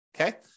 Okay